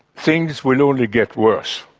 things will only get worse,